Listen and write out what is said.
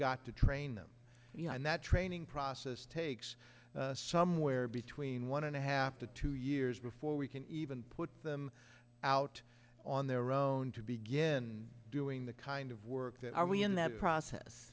got to train them you know and that training process takes somewhere between one and a half to two years before we can even put them out on their own to begin doing the kind of work that are we in that process